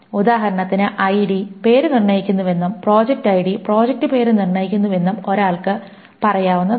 ഉദാഹരണത്തിന് ഐഡി പേര് നിർണ്ണയിക്കുന്നുവെന്നും പ്രോജക്റ്റ് ഐഡി പ്രോജക്റ്റ് പേര് നിർണ്ണയിക്കുന്നുവെന്നും ഒരാൾക്കു പറയാവുന്നതാണ്